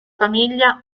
famiglia